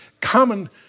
common